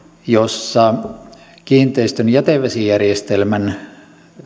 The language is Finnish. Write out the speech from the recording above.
jossa kiinteistön jätevesijärjestelmän